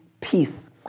peace